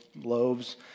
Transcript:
loaves